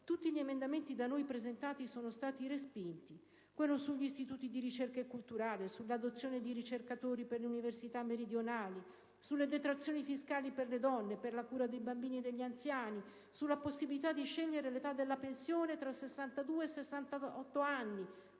Tutti gli emendamenti da noi presentati sono stati respinti: quello sugli istituti di ricerca e cultura, sull'adozione di ricercatori per le università meridionali, sulle detrazioni fiscali per le donne e per la cura dei bambini e degli anziani, sulla possibilità di scegliere l'età della pensione tra 62 e 68 anni